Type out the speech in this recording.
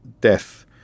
death